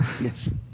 yes